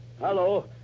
hello